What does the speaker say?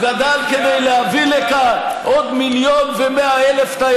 הוא גדל כדי להביא לכאן עוד 1.1 מיליון תיירים.